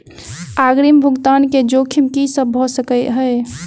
अग्रिम भुगतान केँ जोखिम की सब भऽ सकै हय?